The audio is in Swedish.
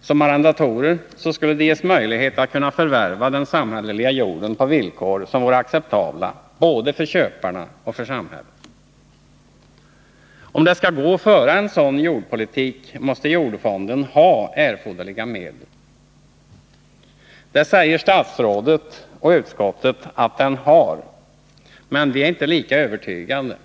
som arrendatorer, skulle de ges möjlighet att förvärva den samhällsägda jorden på villkor som vore acceptabla både för köparna och för samhället. Om det skall gå att föra en sådan jordpolitik, måste jordfonden ha erforderliga medel. Det säger statsrådet och utskottet att den har, men vi är inte lika övertygade.